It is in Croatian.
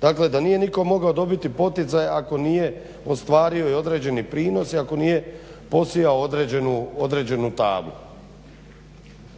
dakle da nije nitko mogao dobiti poticaj ako nije ostvario i određeni prinos i ako nije posijao određenu tablu.